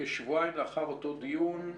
כשבועיים אחרי אותו דיון,